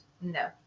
No